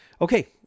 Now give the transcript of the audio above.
Okay